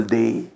day